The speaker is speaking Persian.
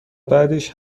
بعدش